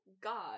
God